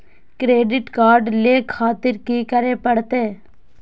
Credit card ले खातिर की करें परतें?